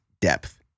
depth